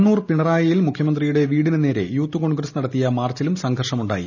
കണ്ണൂർ പിണറായിയിൽ മുഖ്യമന്ത്രിയുടെ വീടിനു നേരെ യൂത്ത് കോൺഗ്രസ് നടത്തിയ മാർച്ചിലും സംഘർഷമുണ്ടായി